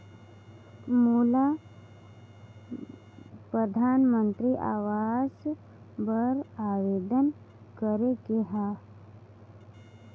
मोला परधानमंतरी आवास बर आवेदन करे के हा?